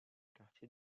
quartier